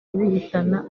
bihitana